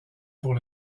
pour